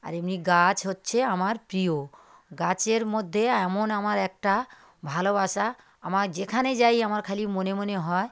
আর এমনি গাছ হচ্ছে আমার প্রিয় গাছের মধ্যে এমন আমার একটা ভালোবাসা আমার যেখানে যাই আমার খালি মনে মনে হয়